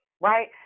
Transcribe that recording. right